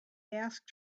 asked